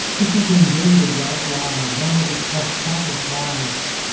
this is indeed a great lie, one that has cost countless lives.